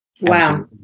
Wow